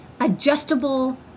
adjustable